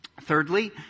Thirdly